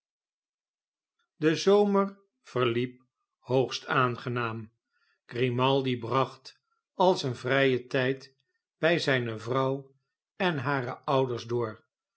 de zomer verliep hoogst aangenaam grimaldi bracht al zijn vrijen tijd bij zijne vrouw en hare ouders door